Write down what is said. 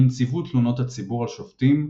מנציבות תלונות הציבור על שופטים,